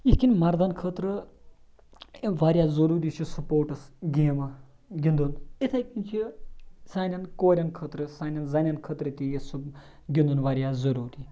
یِتھ کٔنۍ مردَن خٲطرٕ واریاہ ضٔروٗری چھِ سٕپوٹٕس گیمہٕ گِںٛدُن اِتھَے کٔنۍ چھِ سانٮ۪ن کورٮ۪ن خٲطرٕ سانٮ۪ن زَنٮ۪ن تہِ یہِ سُہ گِنٛدُن واریاہ ضٔروٗری